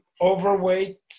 overweight